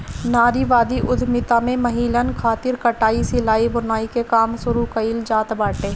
नारीवादी उद्यमिता में महिलन खातिर कटाई, सिलाई, बुनाई के काम शुरू कईल जात बाटे